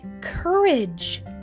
courage